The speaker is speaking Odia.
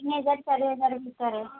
ନାହିଁ ଚାରି ହଜାର ଭିତରେ